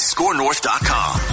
ScoreNorth.com